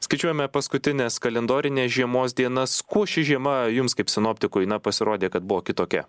skaičiuojame paskutines kalendorinės žiemos dienas kuo ši žiema jums kaip sinoptikui na pasirodė kad buvo kitokia